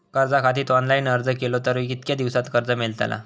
कर्जा खातीत ऑनलाईन अर्ज केलो तर कितक्या दिवसात कर्ज मेलतला?